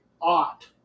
ought